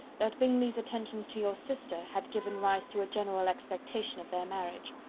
that bingley's attentions to your sister had given rise to a general expectation of their marriage.